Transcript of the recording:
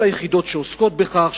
של היחידות שעוסקות בכך,